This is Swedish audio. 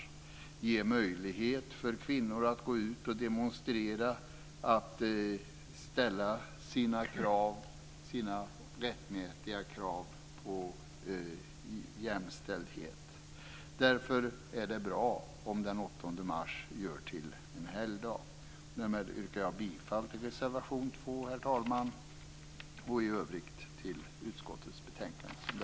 Det ger möjlighet för kvinnor att gå ut och demonstrera, att ställa sina rättmätiga krav på jämställdhet. Därför är det bra om den Herr talman! Därmed yrkar jag bifall till reservation 2 och i övrigt till hemställan i utskottets betänkande.